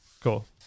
Cool